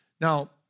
Now